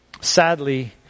Sadly